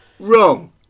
Wrong